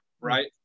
right